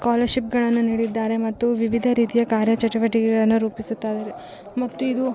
ಸ್ಕಾಲರ್ಶಿಪ್ಗಳನ್ನು ನೀಡಿದ್ದಾರೆ ಮತ್ತು ವಿವಿಧ ರೀತಿಯ ಕಾರ್ಯ ಚಟುವಟಿಕೆಗಳನ್ನು ರೂಪಿಸುತ್ತಾರೆ ಮತ್ತು ಇದು